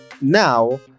now